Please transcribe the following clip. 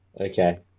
okay